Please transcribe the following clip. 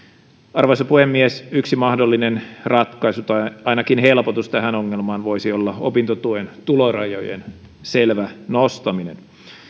arvoisa puhemies yksi mahdollinen ratkaisu tai ainakin helpotus tähän ongelmaan voisi olla opintotuen tulorajojen selvä nostaminen